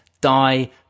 die